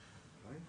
בבקשה.